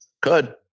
Good